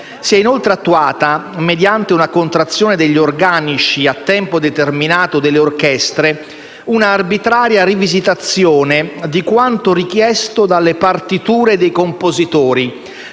Si è inoltre attuata, mediante una contrazione degli organici a tempo determinato delle orchestre, un'arbitraria rivisitazione di quanto richiesto dalle partiture dei compositori,